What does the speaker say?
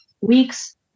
week's